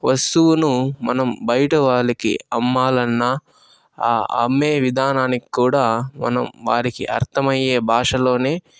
వస్తువును మనం బయట వాళ్ళకి అమ్మాలన్నా ఆ అమ్మే విధానానికి కూడా మనం వారికి అర్ధమయ్యే భాషలోనే